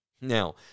Now